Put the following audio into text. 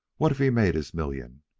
what if he made his million?